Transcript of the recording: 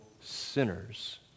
sinners